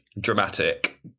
dramatic